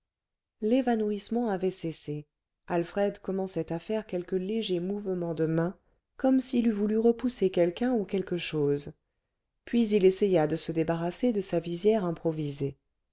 l'évanouissement avait cessé alfred commençait à faire quelques légers mouvements de mains comme s'il eût voulu repousser quelqu'un ou quelque chose puis il essaya de se débarrasser de sa visière improvisée